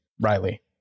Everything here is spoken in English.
Riley